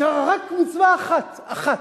נשארה רק מצווה אחת, אחת,